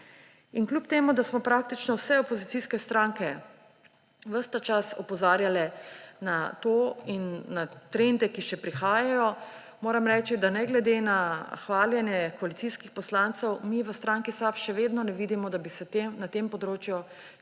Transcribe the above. In kljub temu da smo praktično vse opozicijske stranke ves ta čas opozarjale na to in na trende, ki še prihajajo, moram reči, da ne glede na hvaljenje koalicijskih poslancev, mi v stranki SAB še vedno ne vidimo, da bi se na tem področju kaj